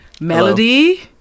melody